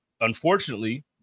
unfortunately